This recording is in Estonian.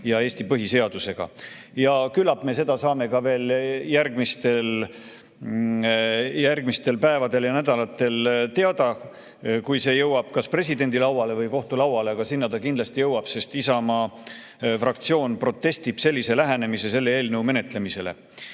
ja Eesti põhiseadusega. Küllap me seda saame ka veel järgmistel päevadel ja nädalatel teada, kui see jõuab kas presidendi lauale või kohtulauale. Aga sinna ta kindlasti jõuab, sest Isamaa fraktsioon protestib sellise lähenemise pärast selle eelnõu menetlemisel. Siin